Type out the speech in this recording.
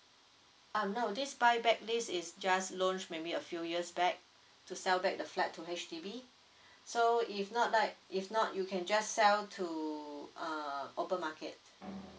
uh no this buy back list is just loans maybe a few years back to sell back the flat to H_D_B so if not like if not you can just sell to uh open market